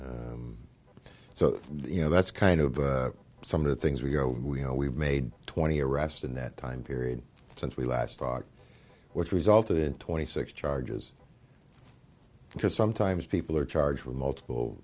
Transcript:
again so you know that's kind of some of the things we go we know we've made twenty arrests in that time period since we last talked which resulted in twenty six charges because sometimes people are charged with multiple